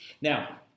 Now